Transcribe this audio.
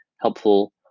helpful